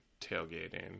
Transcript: tailgating